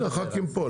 הנה, הח"כים פה.